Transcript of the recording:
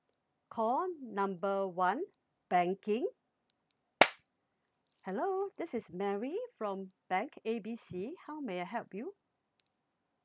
call number one banking hello this is mary from bank A B C how may I help you